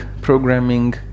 programming